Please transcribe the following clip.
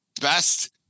best